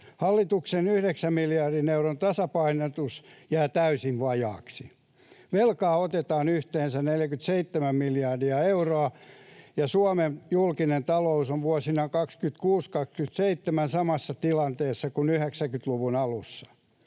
Hallituksen yhdeksän miljardin euron tasapainotus jää täysin vajaaksi. Velkaa otetaan yhteensä vähintään 47 miljardia euroa, ja Suomen julkinen talous on vuosina 26—27 samassa tilanteessa kuin 90-luvun alussa.